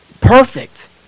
perfect